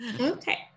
Okay